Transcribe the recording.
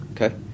okay